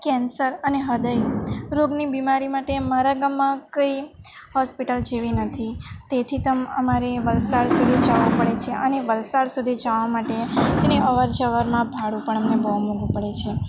cancer અને હૃદય રોગની બીમારી માટે મારા ગામમાં કંઈ હોસ્પિટલ જેવી નથી તેથી અમારે વલસાડ સુધી જવું પડે છે અને વલસાડ સુધી જવા માટે તેની અવરજવરમાં ભાડું પણ મને બહુ મોંઘું પડે છે